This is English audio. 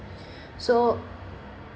so